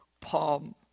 Palm